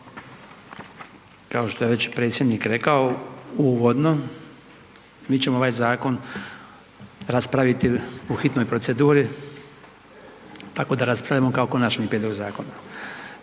kao što je već predsjednik rekao uvodno, mi ćemo ovaj zakon raspraviti u hitnoj proceduri, tako da raspravljamo kao konačni prijedlog zakona.